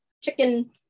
chicken